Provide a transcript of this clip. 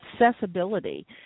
accessibility